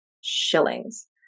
shillings